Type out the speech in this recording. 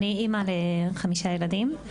אני אמא לחמישה ילדים,